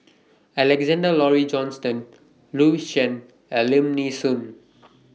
Alexander Laurie Johnston Louis Chen and Lim Nee Soon